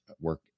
work